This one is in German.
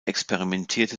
experimentierte